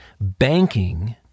banking